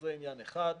זה עניין אחד,